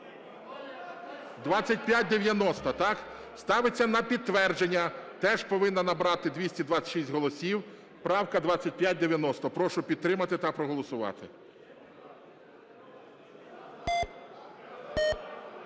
2590, так? Ставиться на підтвердження (теж повинна набрати 226 голосів) правка 2590. Прошу підтримати та проголосувати.